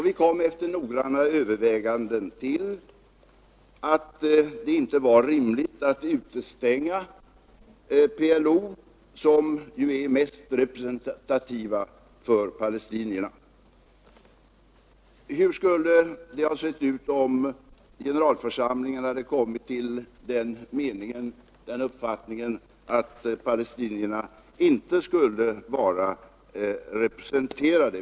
Vi kom efter noggranna överväganden till att det inte var rimligt att utestänga PLO, som ju är mest representativ för palestinierna. Hur skulle det ha sett ut om generalförsamlingen hade kommit till den uppfattningen att palestinierna inte skulle vara representerade?